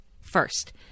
First